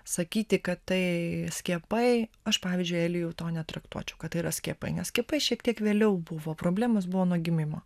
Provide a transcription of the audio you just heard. sakyti kad tai skiepai aš pavyzdžiui elijau to netraktuočiau kad tai yra skiepai nes skiepai šiek tiek vėliau buvo problemos buvo nuo gimimo